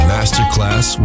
Masterclass